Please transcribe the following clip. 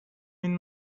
این